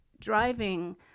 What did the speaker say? driving